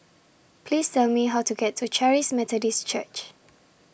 Please Tell Me How to get to Charis Methodist Church